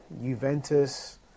Juventus